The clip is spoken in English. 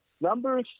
number